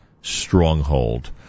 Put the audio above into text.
stronghold